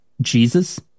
Jesus